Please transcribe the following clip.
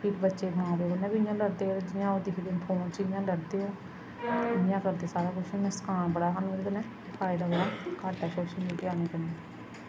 फिर बच्चे मां प्यो कन्नै बी इ'यां लड़दे जियां ओह् दिखदे फोन च इ'यां लड़दे ओह् इ'यां करदे सारा कुछ नसकान बड़ा ऐ सानूं एह्दे कन्नै ते फायदा बड़ा घट्ट ऐ सोशल मीडिया आने कन्नै